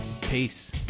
Peace